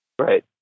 right